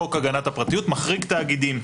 חוק הגנת הפרטיות מחריג תאגידים.